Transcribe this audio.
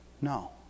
No